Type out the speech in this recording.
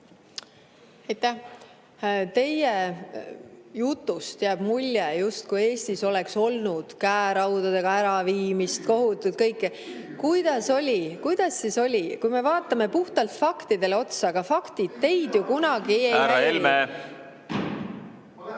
Teie jutust jääb mulje, justkui Eestis oleks olnud käeraudadega äraviimist, tohutult kõike sellist. Kuidas oli? Kuidas siis oli? Kui me vaatame puhtalt faktidele otsa, aga faktid teid ju kunagi ei huvita ...